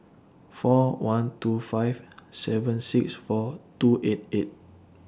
four one two five seven six four two eight eight